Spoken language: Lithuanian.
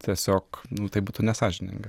tiesiog nu tai būtų nesąžininga